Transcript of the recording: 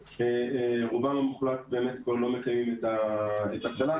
רובם המוחלט כבר לא מקיים את התל"ן,